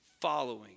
following